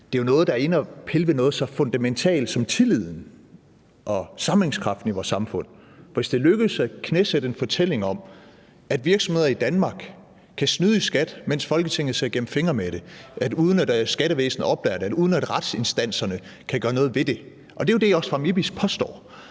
jo er noget, der er inde og pille ved noget så fundamentalt som tilliden og sammenhængskraften i vores samfund. Hvis det lykkes at knæsætte en fortælling om, at virksomheder i Danmark kan snyde i skat, mens Folketinget ser gennem fingre med det, uden at skattevæsenet opdager det, uden at retsinstanserne kan gøre noget ved det – og det er jo det, Oxfam IBIS påstår